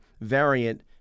variant